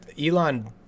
Elon